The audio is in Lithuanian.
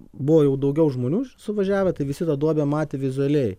buvo jau daugiau žmonių suvažiavę tai visi tą duobę matė vizualiai